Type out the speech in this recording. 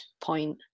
point